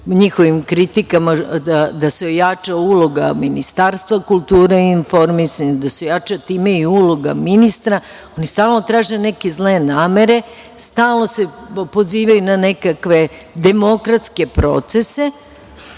njihovim kritikama da se ojača uloga Ministarstva kulture i informisanja, da se ojača time i uloga ministra, oni stalno traže neke zle namere, stalno se pozivaju na nekakve demokratske procese,